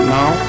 now